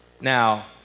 Now